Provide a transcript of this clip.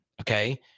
Okay